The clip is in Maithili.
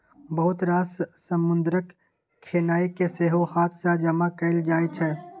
बहुत रास समुद्रक खेनाइ केँ सेहो हाथ सँ जमा कएल जाइ छै